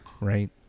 right